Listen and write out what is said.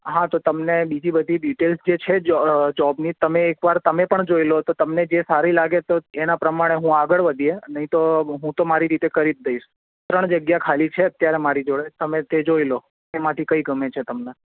હા તો તમને બીજી બધી ડિટેલ્સ જે છે જો જોબની એકવાર તમે પણ જોઈ લો તમને જે સારી લાગે તો એના પ્રમાણે હું આગળ વધીએ નહીં તો હું તો મારી રીતે કરી જ દઈશ ત્રણ જગ્યા ખાલી છે અત્યારે મારી જોડે તમે તે જોઈ લો એમાંથી કંઈ ગમે છે તમને